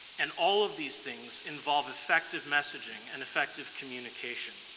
and all of these things involve effective messaging and effective communication.